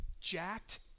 jacked